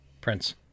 Prince